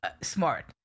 smart